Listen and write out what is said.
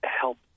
help